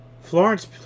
Florence